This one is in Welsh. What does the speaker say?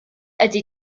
ydy